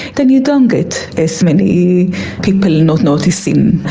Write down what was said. then you don't get as many people not noticing.